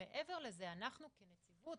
שמעבר לזה אנחנו כנציגות,